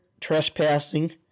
trespassing